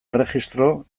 erregistro